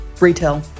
retail